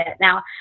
Now